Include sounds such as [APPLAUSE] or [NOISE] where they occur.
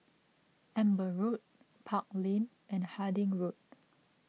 Amber Road Park Lane and Harding Road [NOISE]